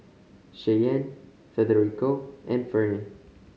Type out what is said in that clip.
Cheyenne Federico and Ferne